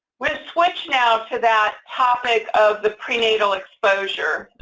we'll switch now to that topic of the prenatal exposure.